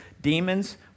demons